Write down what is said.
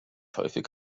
häufig